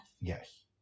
Yes